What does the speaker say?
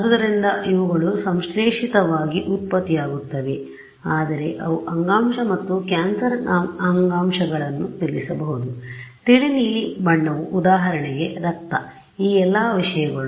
ಆದ್ದರಿಂದ ಇವುಗಳು ಸಂಶ್ಲೇಷಿತವಾಗಿ ಉತ್ಪತ್ತಿಯಾಗುತ್ತವೆ ಆದರೆ ಅವು ಅಂಗಾಂಶ ಮತ್ತು ಕ್ಯಾನ್ಸರ್ ಅಂಗಾಂಶಗಳನ್ನು ತಿಳಿಸಬಹುದು ತಿಳಿ ನೀಲಿ ಬಣ್ಣವು ಉದಾಹರಣೆಗೆ ರಕ್ತ ಈ ಎಲ್ಲ ವಿಷಯಗಳು